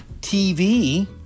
TV